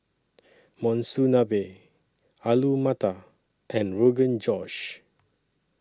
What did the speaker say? Monsunabe Alu Matar and Rogan Josh